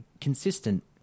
consistent